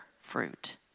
fruit